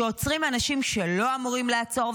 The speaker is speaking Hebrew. שעוצרים אנשים שלא אמורים לעצור,